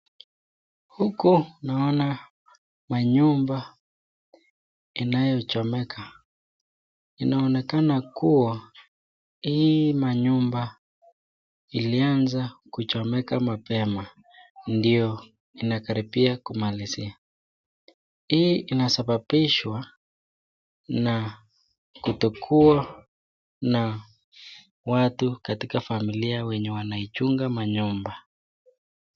Huku naona manyumba inayochomeka. Inaonekana kuwa hii manyumba ilianza kuchomeka mapema ndio inakaribia kumalizia. Hii inasababishwa na kutokuwa na watu katika familia wenye wanaiichunga manyumba.